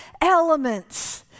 elements